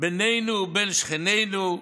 בינינו ובין שכנינו,